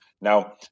Now